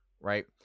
Right